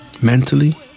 mentally